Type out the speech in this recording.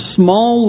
small